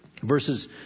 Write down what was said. verses